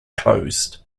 closed